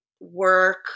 work